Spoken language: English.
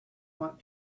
want